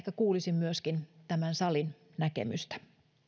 kuulisin myöskin tämän salin näkemystä